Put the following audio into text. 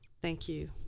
thank you.